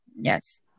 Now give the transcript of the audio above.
yes